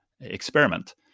experiment